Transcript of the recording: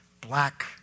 black